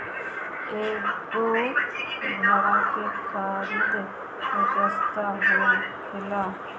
इ एगो भाड़ा के खरीद व्यवस्था होखेला